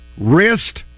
wrist